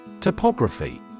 Topography